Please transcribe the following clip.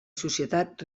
societat